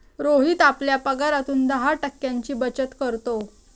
रोहित आपल्या पगारातून दहा टक्क्यांची बचत करतो